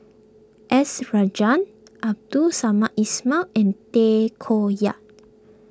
S Rajendran Abdul Samad Ismail and Tay Koh Yat